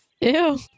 Ew